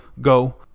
Go